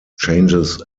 changes